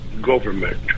government